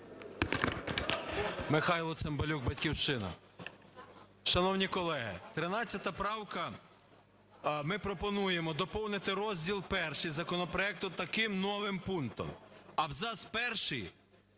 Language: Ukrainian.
Михайло Цимбалюк, "Батьківщина". Шановні колеги, 13 правка, ми пропонуємо доповнити розділ І законопроекту таким новим пунктом. Абзац перший